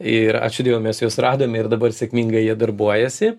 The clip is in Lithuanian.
ir ačiū dievui mes juos radome ir dabar sėkmingai jie darbuojasi